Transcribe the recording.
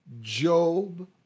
Job